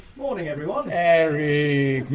morning everyone! eric!